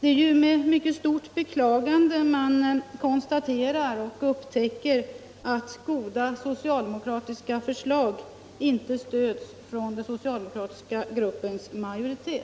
Det är med mycket stort beklagande man upptäcker att goda socialdemokratiska förslag inte stöds av den socialdemokratiska gruppens majoritet.